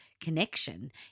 connection